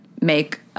make